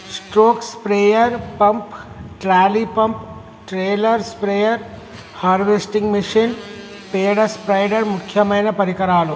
stroke sprayer pump, trolley pump, trailer spare, harvesting machine, పేడ spider ముక్యమైన పరికరాలు